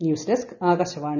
news desk Akashvani